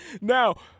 Now